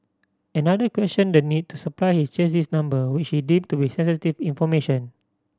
another questioned the need to supply his chassis number which he deemed to be sensitive information